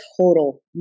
total